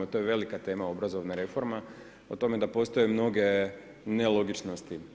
To je velika tema obrazovna reforma, o tome da postoje mnoge nelogičnosti.